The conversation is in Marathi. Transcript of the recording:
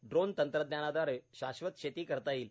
ड्रोन तंत्रज्ञानाद्वारे श्वाश्वत शेती करता येईल